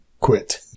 quit